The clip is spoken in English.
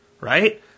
right